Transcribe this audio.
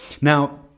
Now